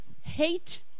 Hate